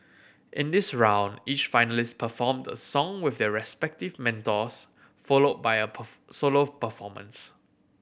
in this round each finalist performed a song with their respective mentors followed by a solo performance